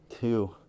Two